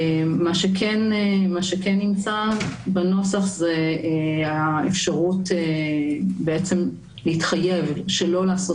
מה שכן נמצא בנוסח זה האפשרות להתחייב שלא לעשות